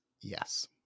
yes